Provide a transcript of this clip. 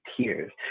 tears